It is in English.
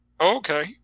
okay